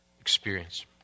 experience